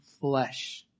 flesh